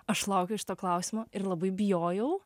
aš laukiu šito klausimo ir labai bijojau